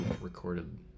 recorded